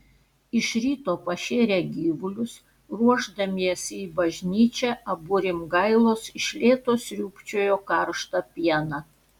iš ryto pašėrę gyvulius ruošdamiesi į bažnyčią abu rimgailos iš lėto sriūbčiojo karštą pieną